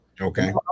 Okay